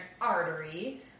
artery